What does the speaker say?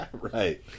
Right